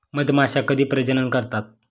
मधमाश्या कधी प्रजनन करतात?